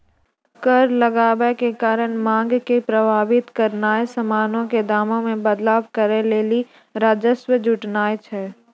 कर लगाबै के कारण मांग के प्रभावित करनाय समानो के दामो मे बदलाव करै लेली राजस्व जुटानाय छै